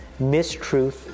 mistruth